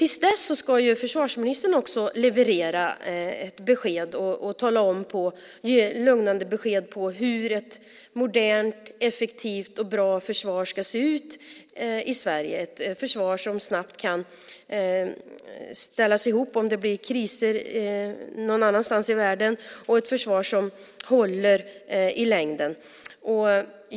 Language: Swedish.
Till dess ska försvarsministern ge ett lugnande besked om hur ett modernt, effektivt och bra försvar i Sverige ska se ut - ett försvar som snabbt kan ställa upp om det blir kriser någon annanstans i världen och ett försvar som i längden håller.